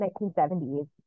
1970s